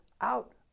out